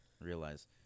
realize